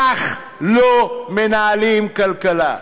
כך לא מנהלים כלכלה.